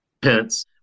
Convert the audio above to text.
Pence